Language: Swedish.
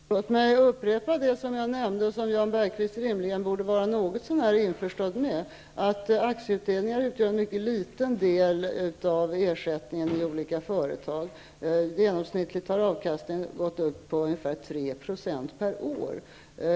Fru talman! Låt mig upprepa det som jag nämnde och som Jan Bergqvist rimligen borde vara något så när införstådd med: Aktieutdelningar utgör en mycket liten del av ersättningen i olika företag. Genomsnittligt har avkastningen uppgått till ungefär 3 Jo per år.